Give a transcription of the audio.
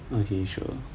okay sure